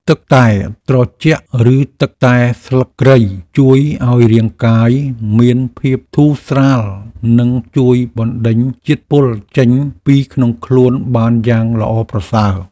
ទឹកតែត្រជាក់ឬទឹកតែស្លឹកគ្រៃជួយឱ្យរាងកាយមានភាពធូរស្រាលនិងជួយបណ្ដេញជាតិពុលចេញពីក្នុងខ្លួនបានយ៉ាងល្អប្រសើរ។